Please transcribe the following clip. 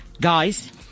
Guys